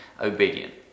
obedient